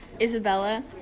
Isabella